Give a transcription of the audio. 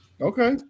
Okay